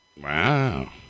Wow